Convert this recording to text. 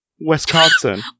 Wisconsin